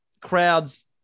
crowds